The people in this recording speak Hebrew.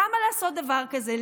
למה לעשות דבר כזה?